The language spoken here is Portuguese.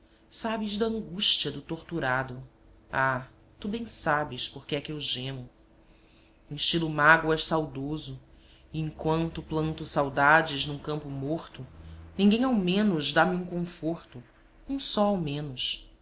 passado sabes da angústia do torturado ah tu bem sabes por que é que eu gemo instilo mágoas saudoso e enquanto planto saudades num campo morto ninguém ao menos dá-me um conforto um só ao menos